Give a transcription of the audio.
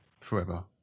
forever